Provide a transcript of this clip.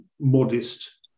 modest